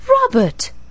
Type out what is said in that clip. Robert